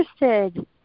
interested